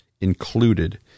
included